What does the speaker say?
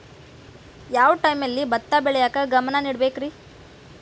ಯಾವ್ ಟೈಮಲ್ಲಿ ಭತ್ತ ಬೆಳಿಯಾಕ ಗಮನ ನೇಡಬೇಕ್ರೇ?